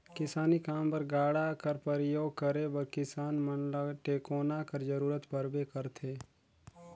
किसानी काम बर गाड़ा कर परियोग करे बर किसान मन ल टेकोना कर जरूरत परबे करथे